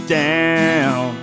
down